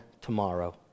tomorrow